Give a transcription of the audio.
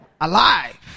Alive